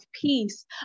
peace